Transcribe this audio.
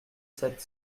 sept